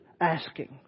asking